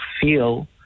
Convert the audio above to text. feel